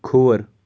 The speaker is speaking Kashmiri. کھوٚوُر